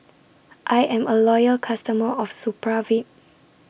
I Am A Loyal customer of Supravit